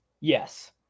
Yes